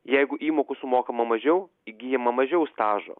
jeigu įmokų sumokama mažiau įgyjama mažiau stažo